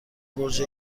برج